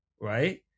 right